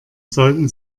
sollten